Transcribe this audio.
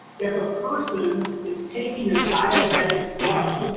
if a person is taking a diabetic drug.